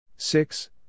Six